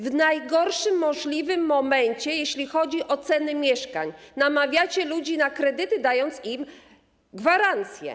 W najgorszym możliwym momencie, jeśli chodzi o ceny mieszkań, namawiacie ludzi na kredyty, dając im gwarancję.